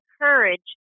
courage